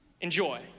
enjoy